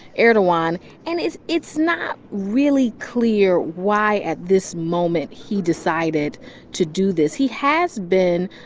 erdogan. and it's it's not really clear why at this moment he decided to do this. he has been,